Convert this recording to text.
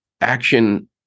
action